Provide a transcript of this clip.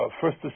first